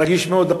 רגיש מאוד,